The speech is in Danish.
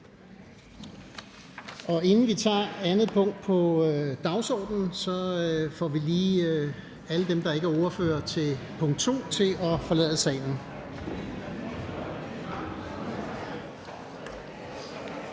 Inden vi går videre til punkt 2 på dagsordenen, får vi lige alle dem, der ikke er ordførere ved punkt 2, til at forlade salen.